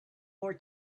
more